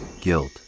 guilt